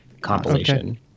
compilation